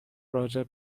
راجع